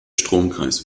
stromkreis